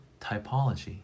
typology